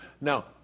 now